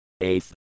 Eighth